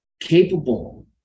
capable